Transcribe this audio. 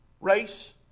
Race